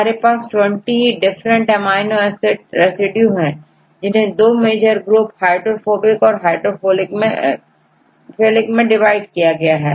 हमारे पास20 different amino acid residue है जिन्हें दो मेजर ग्रुप हाइड्रोफोबिक और हाइड्रोफिलिक मैं विभाजित किया गया है